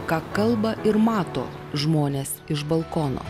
ką kalba ir mato žmonės iš balkono